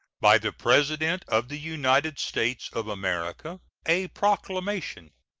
by the president of the united states of america. a proclamation.